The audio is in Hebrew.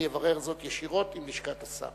אני אברר זאת ישירות עם לשכת השר,